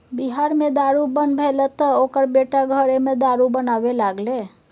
बिहार मे दारू बन्न भेलै तँ ओकर बेटा घरेमे दारू बनाबै लागलै